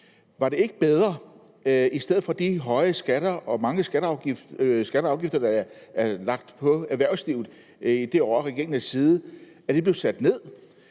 er det ikke bedre, at de høje skatter og mange skatter og afgifter, der er lagt på erhvervslivet i det år, regeringen har siddet, bliver sat ned,